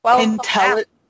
intelligent